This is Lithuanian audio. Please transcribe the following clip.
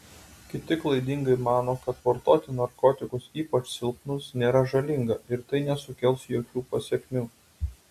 kiti klaidingai mano kad vartoti narkotikus ypač silpnus nėra žalinga ir tai nesukels jokių pasekmių